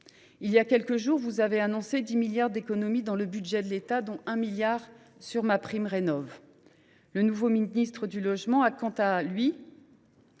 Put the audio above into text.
Il y a quelques jours, vous avez annoncé 10 milliards d’euros d’économies sur le budget de l’État, dont 1 milliard pris sur MaPrimeRénov’. Le nouveau ministre du logement a, quant à lui,